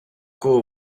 кого